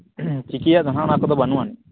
ᱦᱩᱸ ᱪᱤᱠᱟᱹᱭᱟᱢ ᱚᱱᱟ ᱚᱱᱟ ᱠᱚᱫᱚ ᱵᱟᱹᱱᱩᱜᱼᱟᱱ